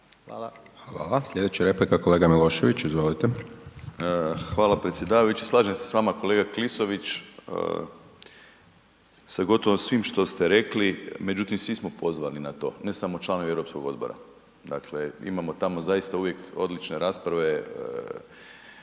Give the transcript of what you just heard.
(SDP)** Hvala. Sljedeća replika kolega Milošević, izvolite. **Milošević, Domagoj Ivan (HDZ)** Hvala predsjedavajući. Slažem se s vama kolega Klisović, sa gotovo svim što ste rekli, međutim svi smo pozvani na to, ne samo članovi europskog odbora. Dakle, imamo tamo zaista uvijek odlične rasprave,